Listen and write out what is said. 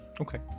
okay